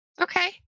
Okay